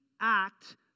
act